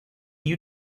you